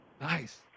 Nice